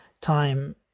time